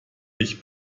mich